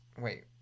Wait